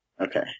Okay